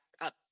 up